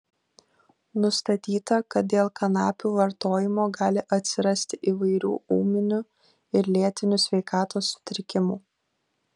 nustatyta kad dėl kanapių vartojimo gali atsirasti įvairių ūminių ir lėtinių sveikatos sutrikimų